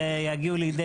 ויגיעו לידי עימותים.